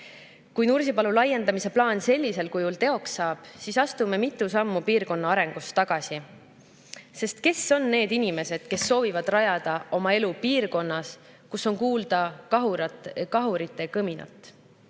Nursipalu laiendamise plaan sellisel kujul teoks saab, siis astume mitu sammu piirkonna arengus tagasi. Sest kes on need inimesed, kes soovivad rajada oma elu piirkonnas, kus on kuulda kahurite kõminat?